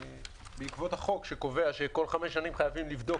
בעקבות החוק שקובע שבכל חמש שנים חייבים לבדוק